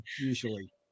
usually